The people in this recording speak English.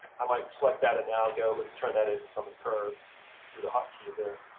i might select that, and now i'll go, let's turn that into something curves with the hotkeys there.